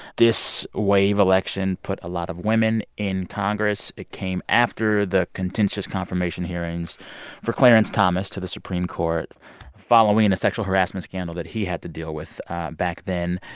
this wave election put a lot of women in congress. it came after the contentious confirmation hearings for clarence thomas to the supreme court following and a sexual harassment scandal that he had to deal with back then.